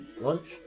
lunch